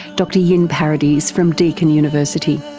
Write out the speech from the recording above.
dr yin paradies from deakin university.